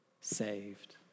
saved